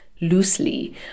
loosely